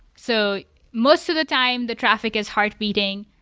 so most of the time the traffic is heart beating.